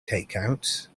takeouts